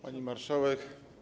Pani Marszałek!